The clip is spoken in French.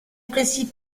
principe